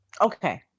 Okay